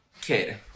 kid